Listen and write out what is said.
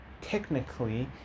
technically